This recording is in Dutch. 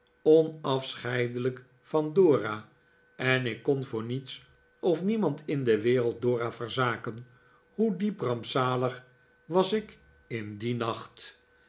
onafscheidelijk van dora en ik kon voor niets of niemand in de wereld dora verzaken hoe diep rampzalig was ik in dien nacht